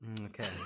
Okay